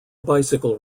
bicycle